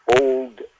old